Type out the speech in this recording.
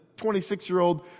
26-year-old